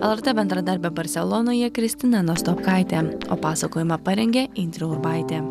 lrt bendradarbė barselonoje kristina nastopkaitė o pasakojimą parengė indrė urbaitė